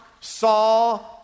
saw